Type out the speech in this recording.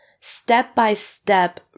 step-by-step